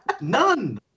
None